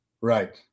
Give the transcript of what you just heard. Right